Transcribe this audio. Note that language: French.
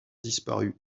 disparu